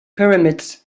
pyramids